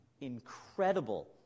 incredible